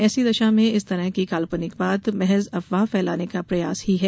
ऐसी दशा में इस तरह की काल्पनिक बात महज अफवाह फैलाने का प्रयास ही है